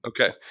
Okay